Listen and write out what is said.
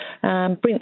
Brent